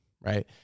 right